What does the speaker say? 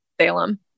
Salem